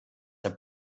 der